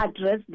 address